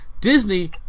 Disney